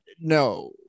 no